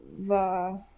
va